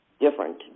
different